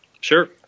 Sure